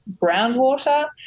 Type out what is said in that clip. groundwater